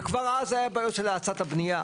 וכבר אז היו בעיות של האצת הבניה.